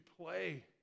play